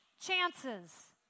chances